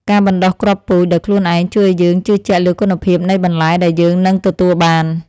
ការបណ្តុះគ្រាប់ពូជដោយខ្លួនឯងជួយឱ្យយើងជឿជាក់លើគុណភាពនៃបន្លែដែលយើងនឹងទទួលបាន។